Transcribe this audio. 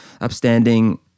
upstanding